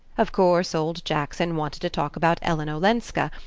of course old jackson wanted to talk about ellen olenska,